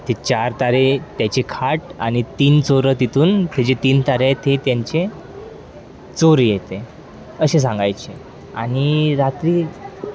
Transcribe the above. ते चार तारे त्याचे खाट आणि तीन चोरं तिथून जे तीन तारे आहेत हे त्यांचे चोरी येते अशे सांगायची आणि रात्री